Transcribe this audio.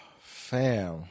Fam